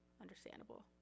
understandable